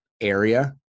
area